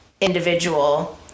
individual